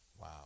Wow